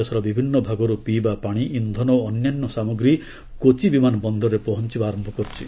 ଦେଶର ବିଭିନ୍ନ ଭାଗରୁ ପିଇବାପାଣି ଇନ୍ଧନ ଓ ଅନ୍ୟାନ୍ୟ ସାମଗ୍ରୀ କୋଚି ବିମାନ ବନ୍ଦରରେ ପହଞ୍ଚିବା ଆରମ୍ଭ କରିଛି